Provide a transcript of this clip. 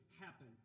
happen